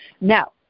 Now